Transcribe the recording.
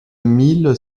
mille